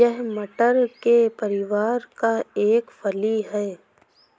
यह मटर के परिवार का एक फली है